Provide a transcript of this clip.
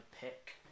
pick